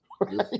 Right